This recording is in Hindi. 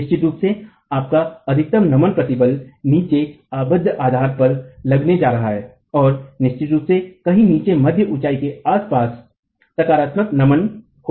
निश्चित रूप से आपका अधिकतम नमन प्रतिबल नीचे आबद्ध आधार पर लगने जा रहा हैऔर निश्चित रूप सेकही नीचे मध्य ऊँचाई के आसपास सकारात्मक नमन होना है